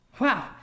Wow